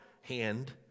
hand